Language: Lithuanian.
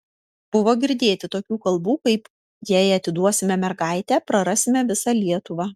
buvo girdėti tokių kalbų kaip jei atiduosime mergaitę prarasime visą lietuvą